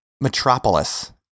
metropolis